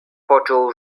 poczuł